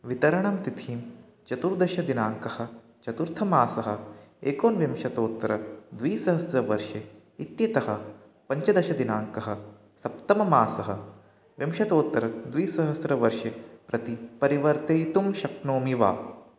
वितरणं तिथिं चतुर्दशदिनाङ्कः चतुर्थमासः एकोनविंशतोत्तरद्विसहस्रवर्षे इत्येतः पञ्चदशदिनाङ्कः सप्तममासः विंशतोत्तरद्विसहस्रवर्षे प्रति परिवर्तयितुं शक्नोमि वा